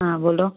हाँ बोलो